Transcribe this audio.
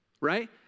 right